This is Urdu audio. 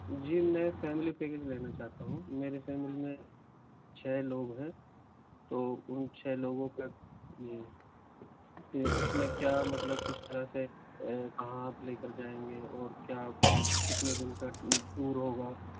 جی میں فیملی پیکج لینا چاہتا ہوں میرے فیملی میں چھ لوگ ہیں تو ان چھ لوگوں کا جی جی اس میں کیا مطلب کس طرح سے کہاں آپ لے کر جائیں گے اور کیا کتنے دن کا ٹور ہوگا